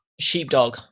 Sheepdog